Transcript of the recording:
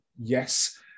Yes